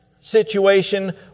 situation